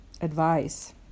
advice